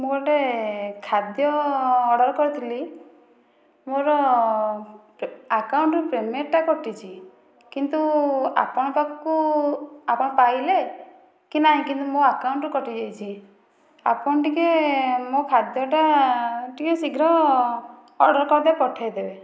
ମୁଁ ଗୋଟେ ଖାଦ୍ୟ ଅର୍ଡ଼ର କରିଥିଲି ମୋର ଆକାଉଣ୍ଟରୁ ପେମେଣ୍ଟଟା କଟିଛି କିନ୍ତୁ ଆପଣ ପାଖକୁ ଆପଣ ପାଇଲେ କି ନାହିଁ କିନ୍ତୁ ମୋ ଆକାଉଣ୍ଟରୁ କଟିଯାଇଛି ଆପଣ ଟିକେ ମୋ ଖାଦ୍ଯଟା ଟିକେ ଶୀଘ୍ର ଅର୍ଡ଼ର କରିଦେବେ ପଠେଇଦେବେ